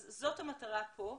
אז זאת המטרה פה.